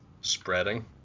spreading